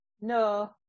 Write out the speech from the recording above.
no